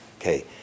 Okay